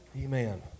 Amen